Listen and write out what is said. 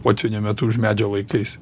potvynio metu už medžio laikaisi